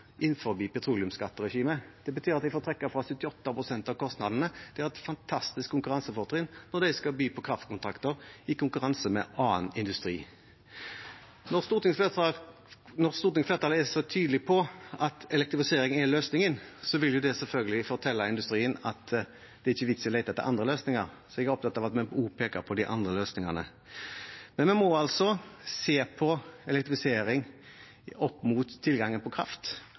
Det betyr at de får trekke fra 78 pst. av kostnadene. De har et fantastisk konkurransefortrinn når de skal by på kraftkontrakter i konkurranse med annen industri. Når stortingsflertallet er så tydelig på at elektrifisering er løsningen, vil det selvfølgelig fortelle industrien at det ikke er vits i å lete etter andre løsninger, så jeg er opptatt av at vi også peker på de andre løsningene. Men vi må altså se elektrifisering opp mot tilgangen på kraft.